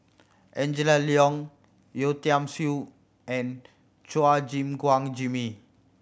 Angela Liong Yeo Tiam Siew and Chua Gim Guan Jimmy